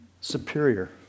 superior